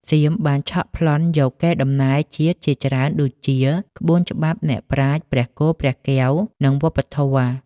សៀមបានឆក់ប្លន់យកកេរដំណែលជាតិជាច្រើនដូចជា ក្បួនច្បាប់ អ្នកប្រាជ្ញ ព្រះគោ ព្រះកែវ និងវប្បធម៌។